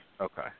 Okay